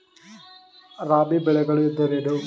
ರಾಬಿ ಬೆಳೆಗಳು ಎಂದರೇನು?